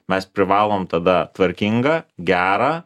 mes privalom tada tvarkingą gerą